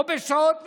או בשעות מסוימות,